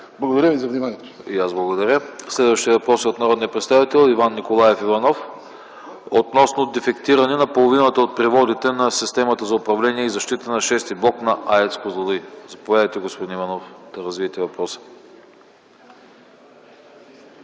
АНАСТАС АНАСТАСОВ: И аз благодаря. Следващият въпрос е от народния представител Иван Николаев Иванов относно дефектиране на половината от преводите на системата за управление и защита на VІ блок на АЕЦ „Козлодуй”. Заповядайте, господин Иванов, да развиете въпроса.